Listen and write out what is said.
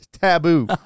Taboo